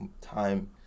time